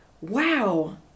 Wow